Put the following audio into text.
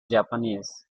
japanese